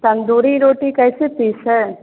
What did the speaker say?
तंदूरी रोटी कैसे पीस है